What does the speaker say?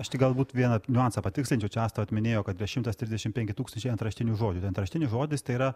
aš tik galbūt vieną niuansą patikslinsiu čia asta vat minėjo kad yra šimtas trisdešimt penki tūkstančiai antraštinių žodžių antraštinis žodis tai yra